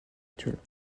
actuelles